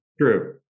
true